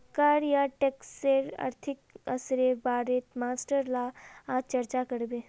कर या टैक्सेर आर्थिक असरेर बारेत मास्टर ला आज चर्चा करबे